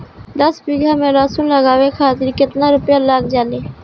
दस बीघा में लहसुन उगावे खातिर केतना रुपया लग जाले?